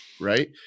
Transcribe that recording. Right